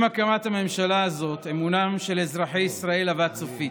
עם הקמת הממשלה הזאת אמונם של אזרחי ישראל אבד סופית.